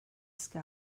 sky